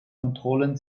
kontrollen